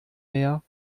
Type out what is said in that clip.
meer